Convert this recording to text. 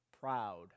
proud